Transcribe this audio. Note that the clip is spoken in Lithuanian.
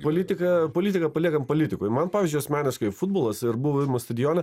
politiką politiką paliekam politikui man pavyzdžiui asmeniškai futbolas ir buvimas stadione